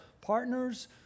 partners